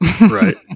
Right